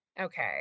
okay